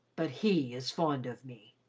but he is fond of me.